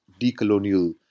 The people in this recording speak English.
decolonial